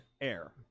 air